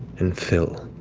and fill,